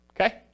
okay